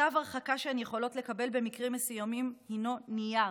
צו הרחקה שהן יכולות לקבל במקרים מסוימים הוא נייר,